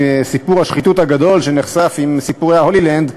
סיפור השחיתות הגדול שנחשף עם סיפורי "הולילנד".